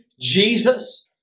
Jesus